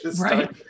right